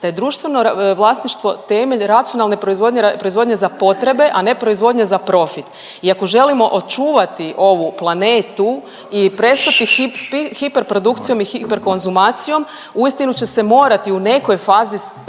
da je društveno vlasništvo temelj racionalne proizvodnje, proizvodnje za potrebe a ne proizvodnje za profit. I ako želimo očuvati ovu planetu i prestati hiper produkcijom i hiper konzumacijom uistinu će se morati u nekoj fazi